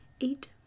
eight